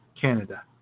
Canada